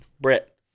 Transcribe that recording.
Brett